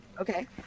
Okay